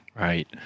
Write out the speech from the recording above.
Right